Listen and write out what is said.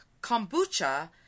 kombucha